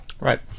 Right